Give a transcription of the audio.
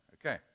okay